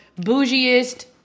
bougiest